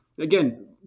Again